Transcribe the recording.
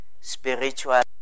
spiritual